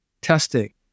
testing